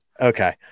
Okay